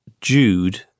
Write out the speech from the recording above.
Jude